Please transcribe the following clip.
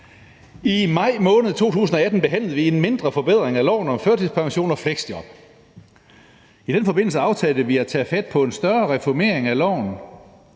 I maj måned 2018 behandlede vi en mindre forbedring af loven om førtidspension og fleksjob. I den forbindelse aftalte vi at tage fat på en større reformering af loven